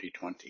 2020